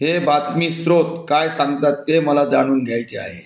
हे बातमीस्त्रोत काय सांगतात ते मला जाणून घ्यायचे आहे